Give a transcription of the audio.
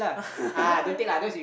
yeah